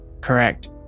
Correct